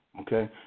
Okay